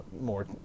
more